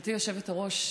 גברתי היושבת-ראש,